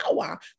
power